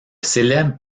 célèbre